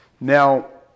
Now